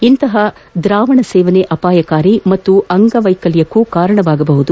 ಇಂತಹ ದ್ರಾವಣ ಸೇವನೆ ಅಪಾಯಕಾರಿ ಮತ್ತು ಅಂಗ ವೈಕಲ್ಹಕ್ಕೆ ಕಾರಣವಾಗಬಹುದು